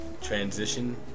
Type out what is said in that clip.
transition